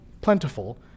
plentiful